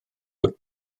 fod